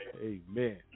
Amen